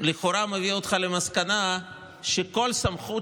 לכאורה מביא אותך למסקנה שכל סמכות